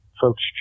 folks